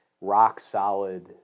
rock-solid